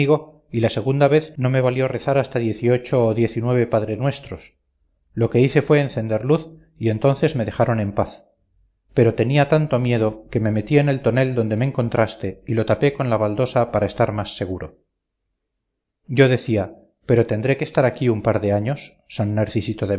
y la segunda vez no me valió rezar hasta diez y ocho o diez y nueve padrenuestros lo que hice fue encender luz y entonces me dejaron en paz pero tenía tanto miedo que me metí en el tonel donde me encontraste y lo tapé con la baldosa para estar más seguro yo decía pero tendré que estar aquí un par de años san narcisito